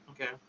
Okay